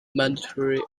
mandatory